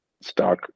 stock